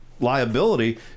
liability